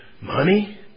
money